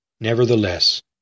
Nevertheless